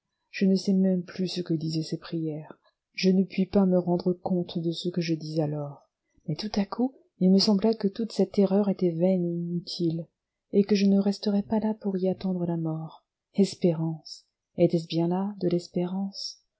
je ne sais même plus ce que disaient ces prières je ne puis pas me rendre compte de ce que je dis alors mais tout à coup il me sembla que toute cette terreur était vaine et inutile et que je ne resterais pas là pour y attendre la mort espérance était-ce bien de l'espérance